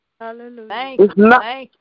Hallelujah